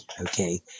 Okay